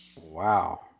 Wow